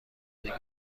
بگیرم